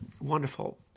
wonderful